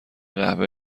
قهوه